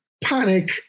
panic